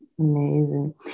Amazing